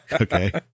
Okay